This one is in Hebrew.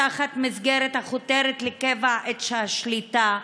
תחת מסגרת החותרת לקבע את השליטה,